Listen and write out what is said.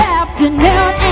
afternoon